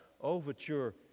overture